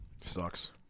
Sucks